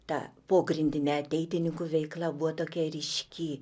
ta pogrindinė ateitininkų veiklą buvo tokia ryški